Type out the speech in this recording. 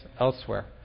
elsewhere